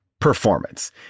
Performance